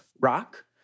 rock